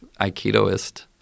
Aikidoist